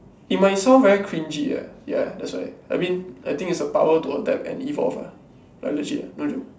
it might sound very cringy ah ya that's why I mean I think it's the power to adapt and evolve ah like legit ah no joke